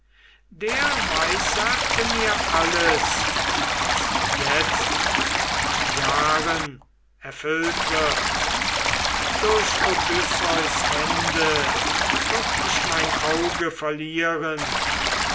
der weissagte mir alles was jetzt nach jahren erfüllt wird durch odysseus hände würd ich mein auge verlieren